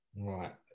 Right